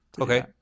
Okay